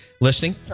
listening